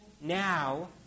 now